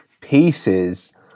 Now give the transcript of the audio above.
pieces